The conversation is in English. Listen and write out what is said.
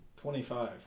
twenty-five